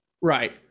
right